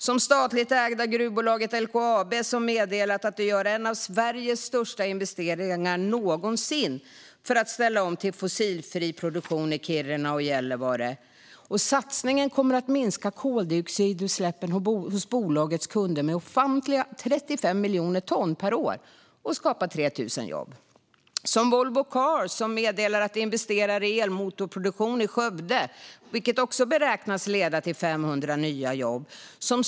Det statligt ägda gruvbolaget LKAB har meddelat att de gör en av Sveriges största investeringar någonsin för att ställa om till fossilfri produktion i Kiruna och Gällivare. Satsningen kommer att minska koldioxidutsläppen hos bolagets kunder med ofantliga 35 miljoner ton per år och skapa 3 000 jobb. Volvo Cars meddelar att de investerar i elmotorproduktion i Skövde, vilket beräknas leda till 500 nya jobb.